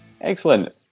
Excellent